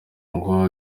ngo